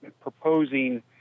proposing